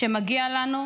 שמגיע לנו,